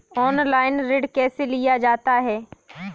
Online ऋण कैसे लिया जाता है?